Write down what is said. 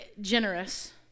generous